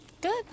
Good